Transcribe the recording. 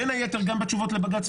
בין היתר גם בתשובות לבג"ץ.